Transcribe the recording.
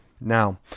Now